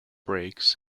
breaks